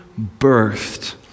birthed